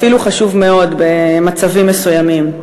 אפילו חשוב מאוד במצבים מסוימים,